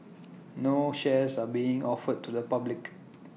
no shares are being offered to the public